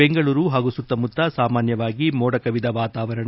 ಬೆಂಗಳೂರು ಹಾಗೂ ಸುತ್ತಮುತ್ತ ಸಾಮಾನ್ಯವಾಗಿ ಮೋಡ ಕವಿದ ವಾತಾವರಣ